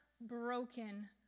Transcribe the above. broken